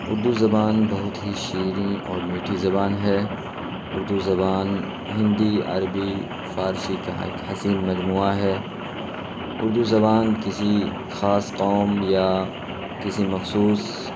اردو زبان بہت ہی شیریں اور میٹھی زبان ہے اردو زبان ہندی عربی فارسی کا ایک حسین مجموعہ ہے اردو زبان کسی خاص قوم یا کسی مخصوص